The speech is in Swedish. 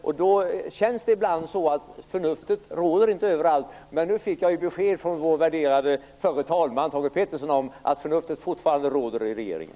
Ibland känns det som att förnuftet inte råder överallt. Men nu fick jag beskedet från vår värderade förre talman Thage G Peterson att förnuftet fortfarande råder i regeringen.